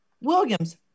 Williams